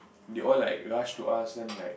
they all like rush to us then like